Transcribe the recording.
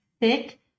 thick